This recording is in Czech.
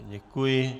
Děkuji.